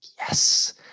yes